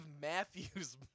Matthews